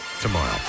tomorrow